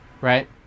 right